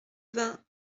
vingt